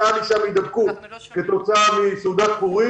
שהייתה שם הידבקות כתוצאה מסעודת פורים